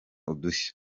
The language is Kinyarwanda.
udushya